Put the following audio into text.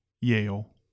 Yale